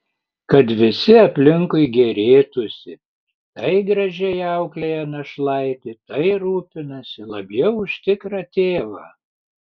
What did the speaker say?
kad visi aplinkui gėrėtųsi tai gražiai auklėja našlaitį tai rūpinasi labiau už tikrą tėvą